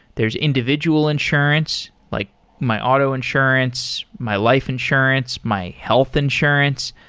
there's individual insurance, like my auto insurance, my life insurance, my health insurance,